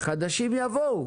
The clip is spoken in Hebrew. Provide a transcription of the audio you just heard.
חדשים יבואו